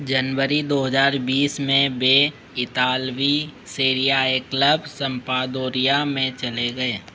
जनवरी दो हज़ार बीस में वह इतालवी सीरिया ए क्लब सम्पादोरिया में चले गए